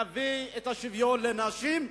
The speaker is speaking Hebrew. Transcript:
נביא את השוויון לנשים,